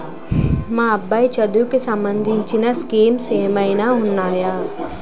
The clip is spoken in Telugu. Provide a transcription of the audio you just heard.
మా అబ్బాయి చదువుకి సంబందించిన స్కీమ్స్ ఏమైనా ఉన్నాయా?